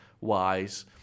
wise